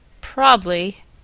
Probably